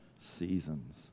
seasons